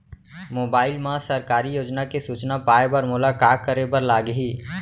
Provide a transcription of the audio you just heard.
mobile मा सरकारी योजना के सूचना पाए बर मोला का करे बर लागही